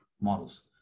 models